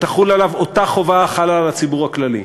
ותחול עליו אותה חובה החלה על הציבור הכללי.